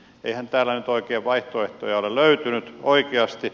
eihän täällä nyt oikein vaihtoehtoja ole löytynyt oikeasti